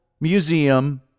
museum